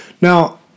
Now